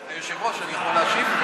היושב-ראש, אני יכול להשיב?